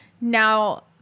now